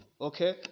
okay